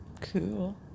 Cool